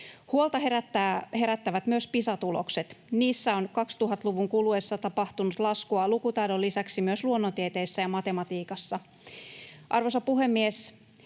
Huolta herättävät myös Pisa-tulokset. Niissä on 2000-luvun kuluessa tapahtunut laskua lukutaidon lisäksi myös luonnontieteissä ja matematiikassa. Arvoisa puhemies!